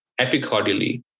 epicardially